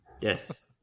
Yes